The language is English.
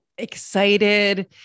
Excited